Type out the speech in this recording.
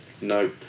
No